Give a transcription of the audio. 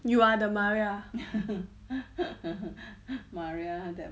you are the maria